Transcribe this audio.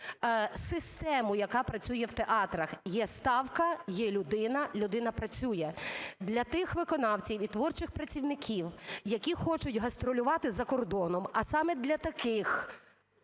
систему, яка працює в театрах: є ставка, є людина – людина працює. Для тих виконавців і творчих працівників, які хочуть гастролювати за кордоном, а саме для таких